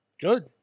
good